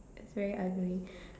is very ugly